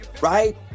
right